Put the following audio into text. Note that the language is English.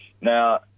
Now